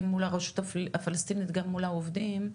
מול הרשות הפלסטינית וגם מול העובדים,